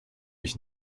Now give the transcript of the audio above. ich